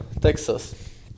Texas